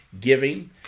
giving